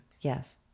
yes